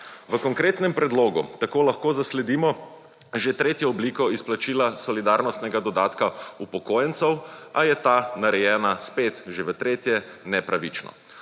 V konkretnem predlogu tako lahko zasledimo že tretjo obliko izplačila solidarnostnega dodatka upokojencem, a je ta narejena spet že v tretje nepravično.